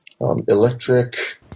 Electric